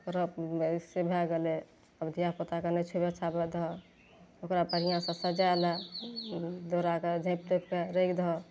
पर्व नहि इससे भए गेलय धिया पुताके नहि छुबय छाबय दहक ओकरा बढ़िआँसँ सजाय लए दौड़ा कए झाँपि तोपि कए राखि दहक